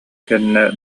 кэннэ